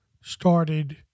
started